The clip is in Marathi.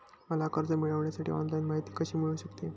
मला कर्ज मिळविण्यासाठी ऑनलाइन माहिती कशी मिळू शकते?